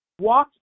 Walk